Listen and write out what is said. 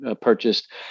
purchased